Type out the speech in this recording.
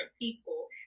people